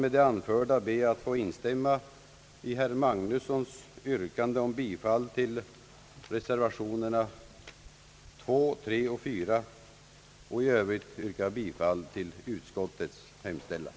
Med det anförda ber jag att få instämma i herr Magnussons yrkande om bifall till reservationerna nr 2, 3 och 4 och i övrigt bifall till utskottets hemställan.